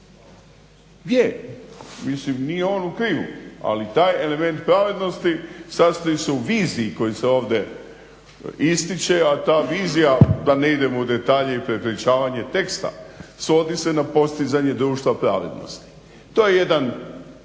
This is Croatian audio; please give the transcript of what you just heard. Je, mislim nije on u krivu, ali taj element pravednosti sastoji se u viziji koju se ovdje ističe, a ta vizija da ne idemo u detalje i prepričavanje teksta svodi se na postizanje društva pravednosti. To je jedan